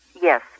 Yes